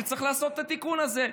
שצריך לעשות את התיקון הזה.